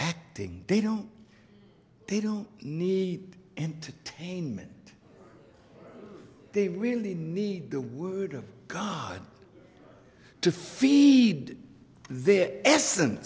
acting they don't they don't need entertainment they really need the word of god to feed their